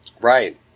Right